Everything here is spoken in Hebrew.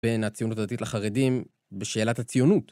בין הציונות הדתית לחרדים בשאלת הציונות.